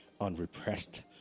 unrepressed